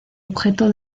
objeto